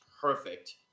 perfect